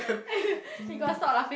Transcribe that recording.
eh you gotta stop laughing